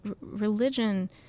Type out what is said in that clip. religion